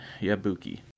Yabuki